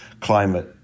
climate